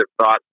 thoughts